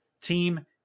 team